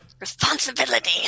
Responsibility